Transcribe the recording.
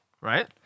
Right